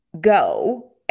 go